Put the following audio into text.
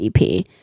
EP